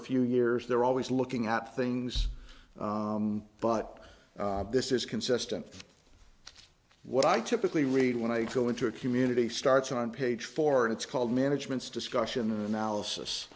a few years they're always looking at things but this is consistent what i typically read when i go into a community starts on page four it's called management's discussion analysis